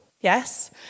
yes